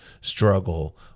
struggle